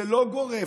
זה לא גורף.